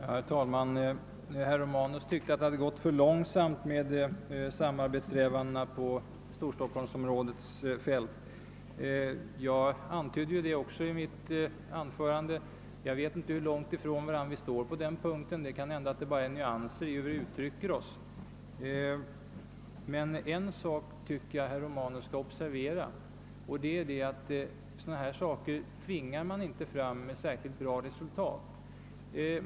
Herr talman! Herr Romanus tyckte att samarbetssträvandena inom Storstockholmsområdet avancerat för långsamt. Också jag antydde detta i mitt anförande. Jag vet inte hur långt ifrån varandra vi står på denna punkt — kanske är det bara fråga om nyansskillnader i uttryckssättet. En sak tycker jag emellertid att herr Romanus skall observera, nämligen att det inte blir något särskilt gott resultat om vi tvingar fram ett samarbete av detta slag.